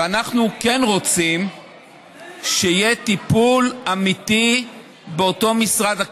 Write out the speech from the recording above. ואנחנו כן רוצים שיהיה טיפול אמיתי באותו משרד.